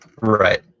Right